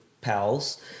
pals